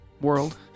world